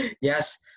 yes